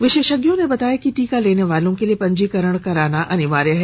विशेषज्ञों ने बताया कि टीका लेने के लिए पंजीकरण कराना अनिवार्य है